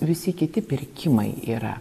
visi kiti pirkimai yra